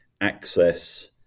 access